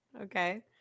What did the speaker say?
Okay